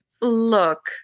Look